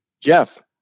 Jeff